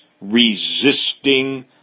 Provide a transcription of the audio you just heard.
resisting